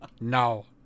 No